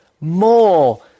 more